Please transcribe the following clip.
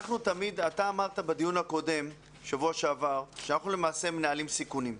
אתה אמרת בדיון הקודם בשבוע שעבר שאנחנו למעשה מנהלים סיכונים,